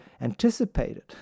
anticipated